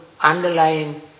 Underlying